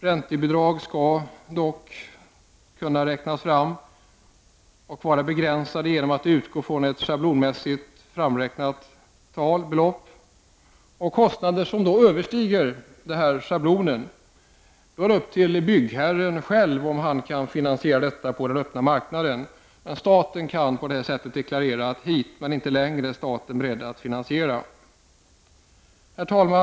Räntebidragen skall dock kunna vara begränsade, genom att de utgår från ett schablonmässigt framräknat belopp. Det är upp till byggherren själv att på den öppna marknaden finansiera kostnader som överstiger schablonbeloppet. Staten kan alltså på detta sätt deklarera till hur stor del man är beredd att finansiera byggande. Herr talman!